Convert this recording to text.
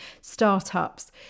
startups